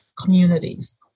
communities